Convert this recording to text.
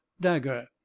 dagger